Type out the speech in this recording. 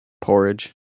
Porridge